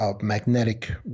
magnetic